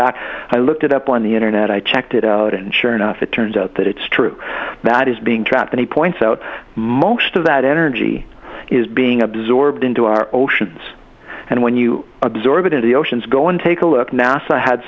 back i looked it up on the internet i checked it out and sure enough it turns out that it's true that is being tracked and he points out most of that energy is being absorbed into our oceans and when you absorb it into the oceans going take a look n